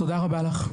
תודה רבה לך.